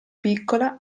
piccola